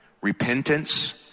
repentance